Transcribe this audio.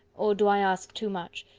or do i ask too much,